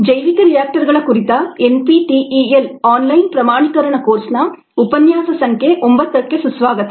ಜೈವಿಕ ರಿಯಾಕ್ಟರುಗಳ ಕುರಿತ ಎನ್ಪಿಟಿಇಎಲ್ ಆನ್ಲೈನ್ ಪ್ರಮಾಣಿಕರಣ ಕೋರ್ಸ್ನ ಉಪನ್ಯಾಸ ಸಂಖ್ಯೆ ಒಂಬತ್ತಕ್ಕೆ ಸುಸ್ವಾಗತ